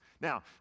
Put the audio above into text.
Now